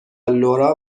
لورا